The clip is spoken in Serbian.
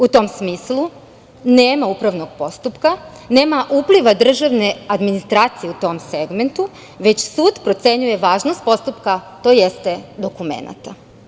U tom smislu, nema upravnog postupka, nema upliva državne administracije u tom segmentu, već sud procenjuje važnost postupka tj. dokumenta.